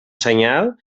senyal